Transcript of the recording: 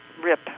Rip